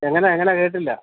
എങ്ങനെ എങ്ങനെ കേട്ടില്ല